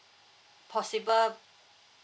possible